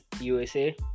USA